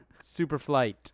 Superflight